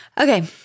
Okay